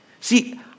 See